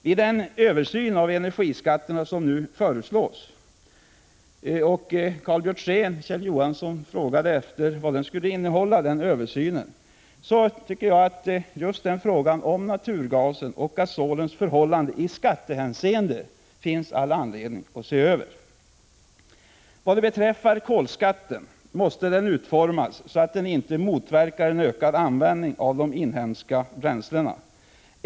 Vid den översyn av energiskatterna som nu föreslås bli genomförd finns det all anledning att se över frågan om naturgasens och gasolens förhållande i skattehänseende. Detta säger jag också som ett svar på Karl Björzéns och Kjell Johanssons frågor om vad översynen skall innehålla. Kolskatten måste utformas så, att den inte motverkar en ökad användning av de inhemska bränslena.